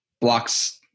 blocks